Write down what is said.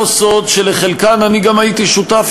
לא סוד שלחלקן אני גם הייתי שותף,